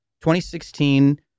2016